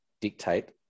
dictate